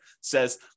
says